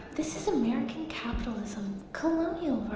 this is american capitalism colonial